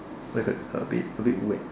what you call that a bit a bit wet